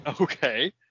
Okay